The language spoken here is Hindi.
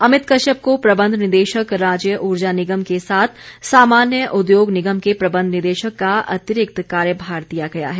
अमित कश्यप को प्रबंध निदेशक राज्य ऊर्जा निगम के साथ सामान्य उद्योग निगम के प्रबंध निदेशक का अतिरिक्त कार्यभार दिया गया है